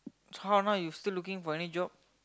so how or not you still looking for any job